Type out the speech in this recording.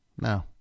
No